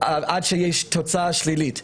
עד לתוצאה שלילית.